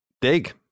dig